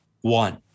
One